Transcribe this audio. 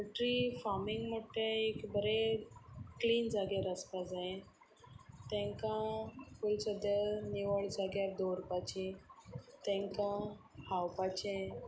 poultry farming म्हणटा तें एक बरें क्लीन जाग्यार आसपाक जाय तांकां पयलीं सद्द्यां निवळ जाग्यार दवरपाची तांकां खावपाचें